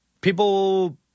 people